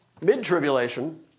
Mid-tribulation